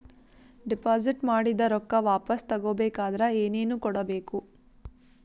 Deposit ಮಾಡಿದ ರೊಕ್ಕ ವಾಪಸ್ ತಗೊಬೇಕಾದ್ರ ಏನೇನು ಕೊಡಬೇಕು?